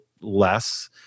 Less